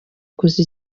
kuza